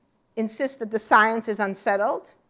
insist that the science is unsettled,